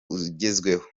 ugezweho